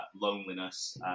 loneliness